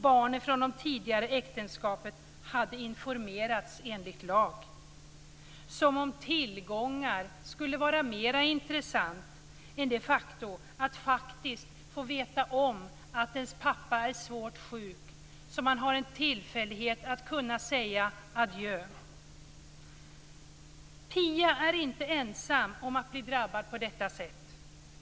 Barn från det tidigare äktenskapet skulle då, enligt lag, ha informerats - som om tillgångar skulle vara mer intressant än att man faktiskt får veta att ens pappa är svårt sjuk. Då har man ju tillfälle att säga adjö. Pia är inte ensam om att bli drabbad på detta sätt.